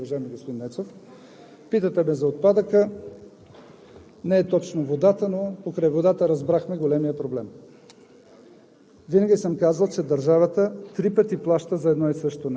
Уважаеми господин Председател, уважаеми дами и господа народни представители! Уважаеми господин Нецов, питате ме за отпадъка – не е точно водата, но покрай водата разбрахме големия проблем.